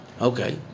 Okay